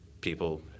people